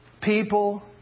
People